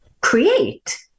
create